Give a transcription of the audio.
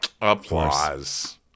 Applause